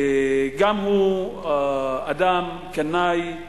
גם הוא אדם קנאי,